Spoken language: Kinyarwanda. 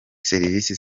serivisi